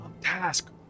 task